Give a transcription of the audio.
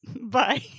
Bye